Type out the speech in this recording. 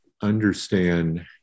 understand